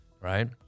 right